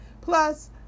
Plus